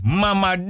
mama